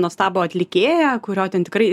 nuostabų atlikėją kurio ten tikrai